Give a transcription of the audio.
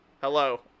Hello